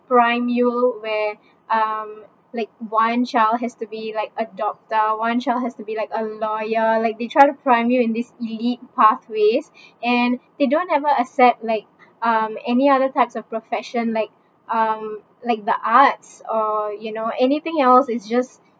prime you where um like one child has to be like a doctor one child has to be like a lawyer like they try to prime you in these elite pathways and they don't ever accept like um any other types of profession like um like the arts or you know anything else is just